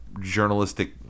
journalistic